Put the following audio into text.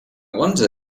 wonder